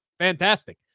Fantastic